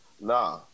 nah